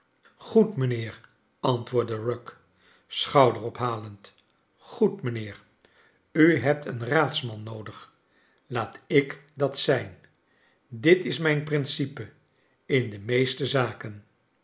goed mijnheer anlwoordde rugg schouderophalend goed mijnheer u hebt een raadsman noodig laat ik dat zijn dit is mijn principe in de meeste zaken